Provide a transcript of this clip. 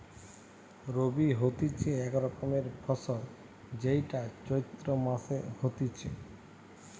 রবি হতিছে এক রকমের ফসল যেইটা চৈত্র মাসে হতিছে